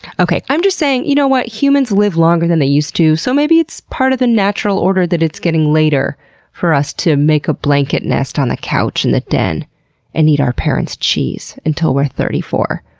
okay, i'm just saying, you know humans live longer than they used to. so maybe it's part of the natural order that it's getting later for us to make a blanket nest on the couch in the den and eat our parents' cheese until we're thirty four.